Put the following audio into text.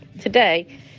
today